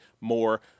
more